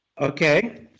Okay